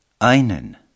einen